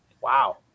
wow